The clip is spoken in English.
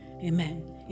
amen